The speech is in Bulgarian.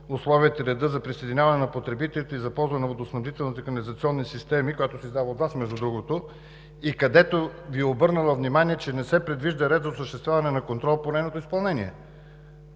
условията и реда за присъединяване на потребителите и за ползване на водоснабдителните канализационни системи, която се издава от Вас, между другото, и където Ви е обърнала внимание, че не се предвижда ред за осъществяване на контрол по нейното изпълнение.